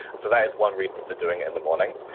so that is one reason for doing it in the morning.